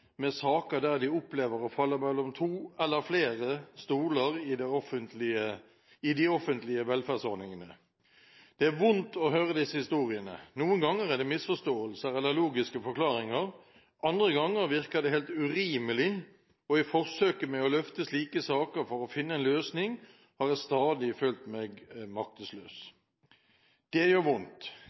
med saker der de opplever å falle mellom to, eller flere, stoler i de offentlige velferdsordningene. Det er vondt å høre disse historiene. Noen ganger er det misforståelser eller logiske forklaringer. Andre ganger virker det helt urimelig, og i forsøket med å løfte slike saker for å finne en løsning har jeg stadig følt meg maktesløs. Det gjør vondt.